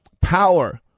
power